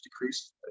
decreased